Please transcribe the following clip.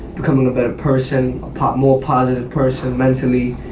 becoming a better person, a pop, more positive person mentally.